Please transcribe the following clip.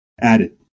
added